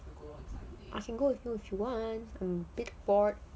I can go with you if you want I'm a bit bored